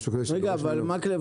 מקלב,